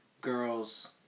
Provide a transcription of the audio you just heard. girls